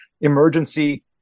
emergency